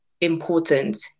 important